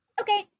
Okay